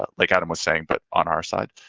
like adam was saying, but on our side,